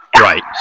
Right